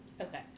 Okay